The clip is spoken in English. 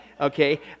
okay